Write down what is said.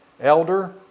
elder